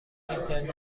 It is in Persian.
اینترنتی